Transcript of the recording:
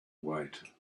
wait